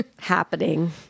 happening